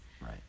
Right